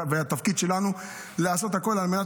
והתפקיד שלנו לעשות את הכול על מנת